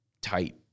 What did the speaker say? tight